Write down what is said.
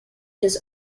his